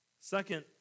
Second